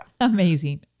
Amazing